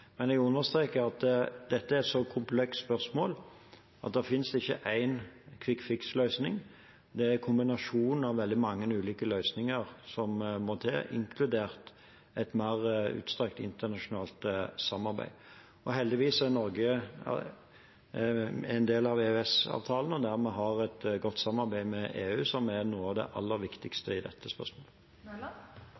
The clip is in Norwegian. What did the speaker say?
Men jeg understreker at dette er et komplekst spørsmål, og at det ikke finnes én kvikkfiks-løsning. Det er en kombinasjon av veldig mange ulike løsninger som må til, inkludert et mer utstrakt internasjonalt samarbeid. Og heldigvis er Norge en del av EØS-avtalen og har dermed et godt samarbeid med EU, som er noe av det aller